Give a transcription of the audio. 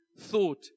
thought